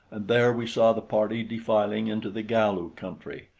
and there we saw the party defiling into the galu country,